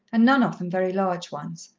and none of them very large ones.